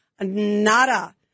Nada